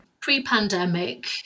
pre-pandemic